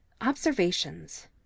Observations